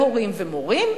הורים ומורים,